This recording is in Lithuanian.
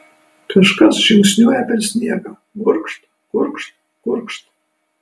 kažkas žingsniuoja per sniegą gurgžt gurgžt gurgžt